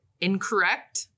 Incorrect